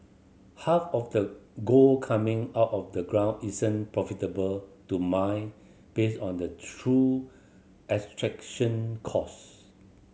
half of the gold coming out of the ground isn't profitable to mine based on the true extraction cost